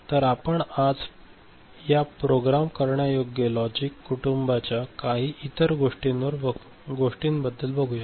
तर आज आपण या प्रोग्राम करण्यायोग्य लॉजिक कुटुंबाच्या काही इतर गोष्टींबद्दल बघूया